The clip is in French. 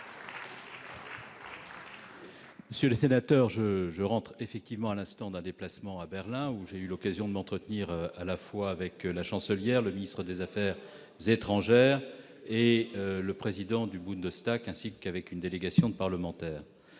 Monsieur le sénateur, je rentre effectivement à l'instant d'un déplacement à Berlin, où j'ai eu l'occasion de m'entretenir avec la Chancelière, le ministre des affaires étrangères et le président du Bundestag, ainsi qu'avec une délégation de parlementaires.